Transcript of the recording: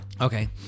Okay